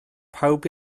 pawb